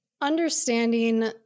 understanding